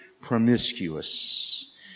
promiscuous